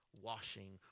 washing